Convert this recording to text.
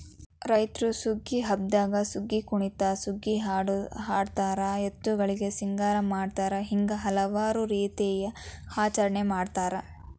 ರೈತ್ರು ಸುಗ್ಗಿ ಹಬ್ಬದಾಗ ಸುಗ್ಗಿಕುಣಿತ ಸುಗ್ಗಿಹಾಡು ಹಾಡತಾರ ಎತ್ತುಗಳಿಗೆ ಸಿಂಗಾರ ಮಾಡತಾರ ಹಿಂಗ ಹಲವಾರು ರೇತಿಯಿಂದ ಆಚರಣೆ ಮಾಡತಾರ